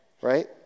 Right